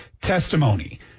testimony